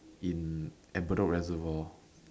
in at Bedok reservoir